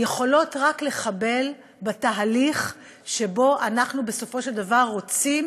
זה יכול רק לחבל בתהליך שבו אנחנו בסופו של דבר רוצים